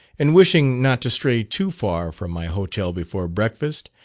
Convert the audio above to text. and wishing not to stray too far from my hotel before breakfast,